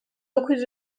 dokuz